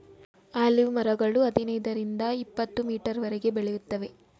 olive ಮರಗಳು ಹದಿನೈದರಿಂದ ಇಪತ್ತುಮೀಟರ್ವರೆಗೆ ಬೆಳೆಯುತ್ತವೆ